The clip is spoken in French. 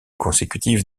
consécutive